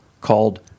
called